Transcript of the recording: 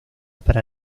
para